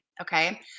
Okay